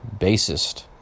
bassist